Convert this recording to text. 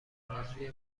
ارزوی